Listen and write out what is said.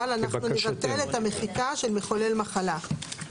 אבל אנחנו נבטל את המחיקה של "מחולל מחלה".